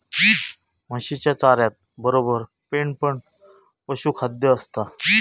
म्हशीच्या चाऱ्यातबरोबर पेंड पण पशुखाद्य असता